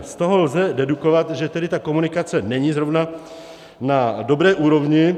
Z toho lze dedukovat, že tedy ta komunikace není zrovna na dobré úrovni.